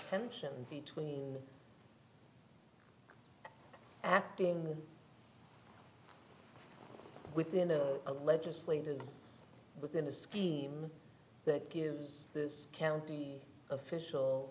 tension between acting within a legislative within a scheme that gives this county official